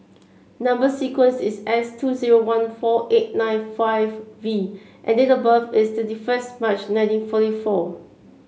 number sequence is S two zero one four eight nine five V and date of birth is thirty first March nineteen forty four